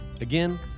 Again